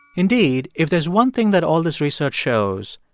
indeed, if there's one thing that all this research shows,